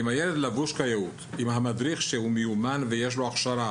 אם הילד לבוש כיאות; אם המדריך שהוא מיומן ויש לו הכשרה